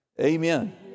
Amen